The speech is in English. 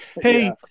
hey